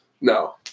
No